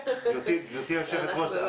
גברתי היושבת-ראש,